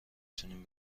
تونیم